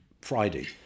Friday